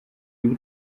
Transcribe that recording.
you